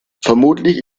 vermutlich